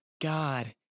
God